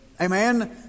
Amen